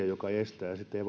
joka estää sitten